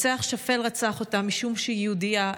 רוצח שפל רצח אותה משום שהיא יהודייה.